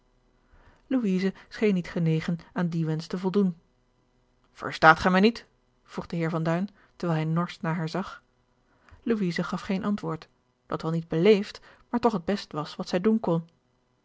scheen niet genegen aan dien wensch te voldoen verstaat ge mij niet vroeg de heer van duin terwijl hij norsch naar haar zag louise gaf geen antwoord dat wel niet beleefd maar toch het best was wat zij doen kon